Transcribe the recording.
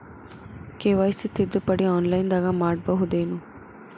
KYC ತಿದ್ದುಪಡಿ ಆನ್ಲೈನದಾಗ್ ಮಾಡ್ಬಹುದೇನು?